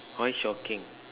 why shocking